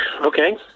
Okay